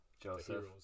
Joseph